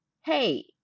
hey